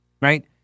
Right